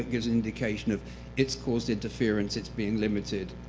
gives indication of it's caused interference, it's been limited.